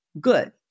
Good